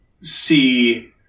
see